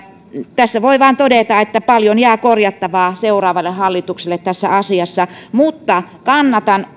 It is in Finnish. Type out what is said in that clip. tässä voi vain todeta että paljon jää korjattavaa seuraavalle hallitukselle tässä asiassa mutta kannatan